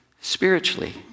spiritually